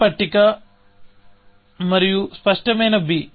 పట్టిక B మరియు స్పష్టమైన B